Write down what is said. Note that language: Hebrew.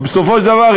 ובסופו של דבר,